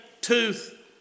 tooth